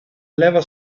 leva